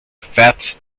fats